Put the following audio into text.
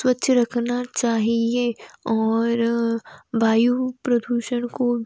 स्वच्छ रखना चाहिए और वायु प्रदूषण को